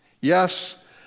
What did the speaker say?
Yes